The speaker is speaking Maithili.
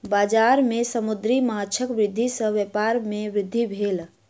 बजार में समुद्री माँछक वृद्धि सॅ व्यापार में वृद्धि भेल